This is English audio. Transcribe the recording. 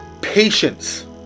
patience